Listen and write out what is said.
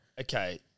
Okay